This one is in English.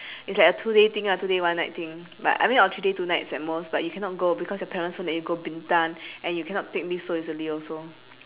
it's like a two day thing lah two day one night thing but I mean or three day two night at most but you cannot go because your parents won't let you go bintan and you cannot take leave so easily also